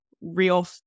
real